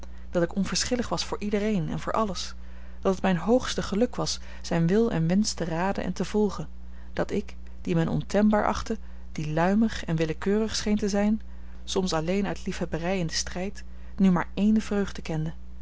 dat ik onverschillig was voor iedereen en voor alles dat het mijn hoogste geluk was zijn wil en wensch te raden en te volgen dat ik die men ontembaar achtte die luimig en willekeurig scheen te zijn soms alleen uit liefhebberij in den strijd nu maar ééne vreugd kende